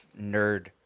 nerd